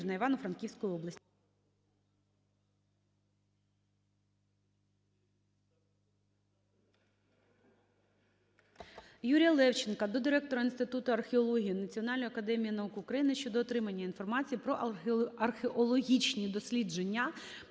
Юрія Левченка до директора Інституту археології Національної академії наук України щодо отримання інформації про археологічні дослідження